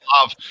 love